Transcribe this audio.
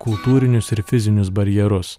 kultūrinius ir fizinius barjerus